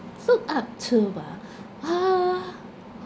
look up to ah !huh!